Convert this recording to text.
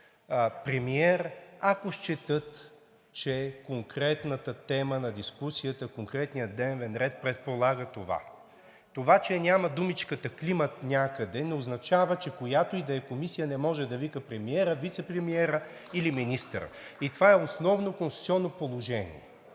премиер, ако счетат, че конкретната тема на дискусията, конкретният дневен ред предполагат това. Това че думичката „климат“ я няма някъде, не означава, че която и да е комисия не може да вика премиера, вицепремиера или министъра. Това е основно конституционно положение.